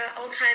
all-time